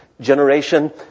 Generation